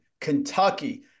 Kentucky